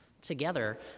Together